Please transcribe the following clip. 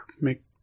make